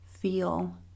feel